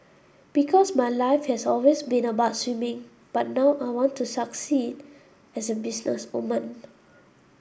because my life has always been about swimming but now I want to succeed as a businesswoman